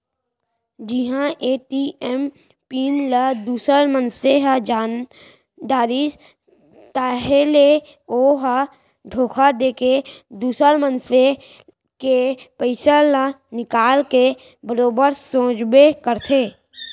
जिहां ATM pin ल दूसर मनसे ह जान डारिस ताहाँले ओ ह धोखा देके दुसर मनसे के पइसा ल निकाल के बरोबर सोचबे करथे